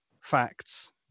facts